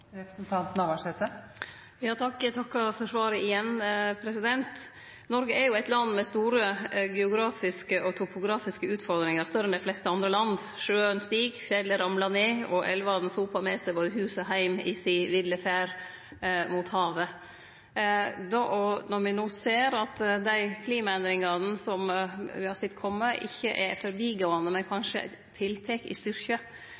Eg takkar for svaret igjen. Noreg er eit land med store geografiske og topografiske utfordringar, større enn i dei fleste andre land. Sjøen stig, fjellet ramlar ned, og elva sopar med seg både hus og heim i si ville ferd mot havet. Og når me no ser at dei klimaendringane som me har sett kome, ikkje er forbigåande, men kanskje aukar i styrke,